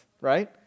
right